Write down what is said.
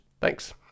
thanks